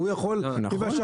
הוא יכול --- נכון,